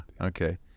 Okay